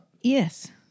Yes